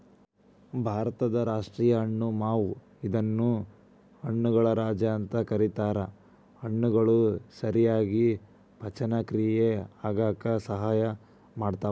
ಭಾರತದ ರಾಷ್ಟೇಯ ಹಣ್ಣು ಮಾವು ಇದನ್ನ ಹಣ್ಣುಗಳ ರಾಜ ಅಂತ ಕರೇತಾರ, ಹಣ್ಣುಗಳು ಸರಿಯಾಗಿ ಪಚನಕ್ರಿಯೆ ಆಗಾಕ ಸಹಾಯ ಮಾಡ್ತಾವ